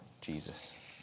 Jesus